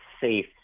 safe